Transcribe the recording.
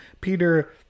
Peter